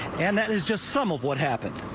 and that's just some of what happened.